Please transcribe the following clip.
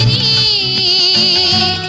e